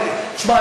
תשמע,